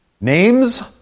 names